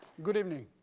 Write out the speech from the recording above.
good evening.